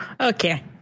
Okay